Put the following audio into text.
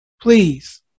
Please